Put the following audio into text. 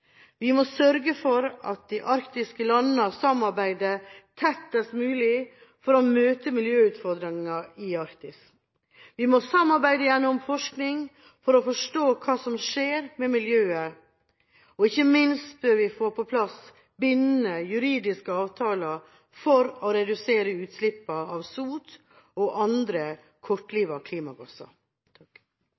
Vi må sørge for at de arktiske landene samarbeider tettest mulig for å møte miljøutfordringene i Arktis. Vi må samarbeide gjennom forskning for å forstå hva som skjer med miljøet i Arktis. Og ikke minst bør vi få på plass bindende juridiske avtaler for å redusere utslippene av sot og andre kortlivede klimagasser.